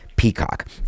peacock